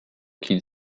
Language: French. qu’il